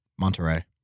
Monterey